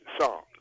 songs